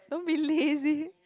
don't be lazy